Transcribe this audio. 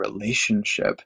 relationship